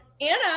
Anna